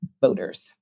voters